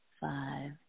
five